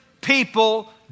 people